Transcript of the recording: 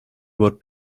would